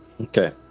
Okay